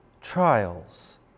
Trials